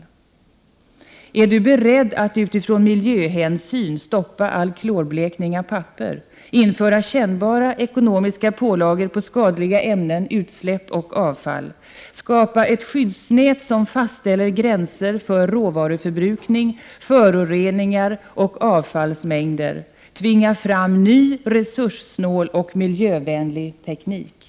Är Birgitta Dahl beredd att utifrån miljöhänsyn stoppa all klorblekning av papper, införa kännbara ekonomiska pålagor på skadliga ämnen, utsläpp och avfall, skapa ett skyddsnät som fastställer gränser för råvaruförbrukning, föroreningar och avfallsmängder, tvinga fram ny, resurssnål och miljövänlig teknik?